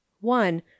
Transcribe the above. one